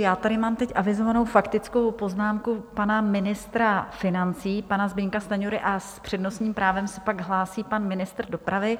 Mám tady teď avizovánu faktickou poznámku pana ministra financí pana Zbyňka Stanjury a s přednostním právem se pak hlásí pan ministr dopravy.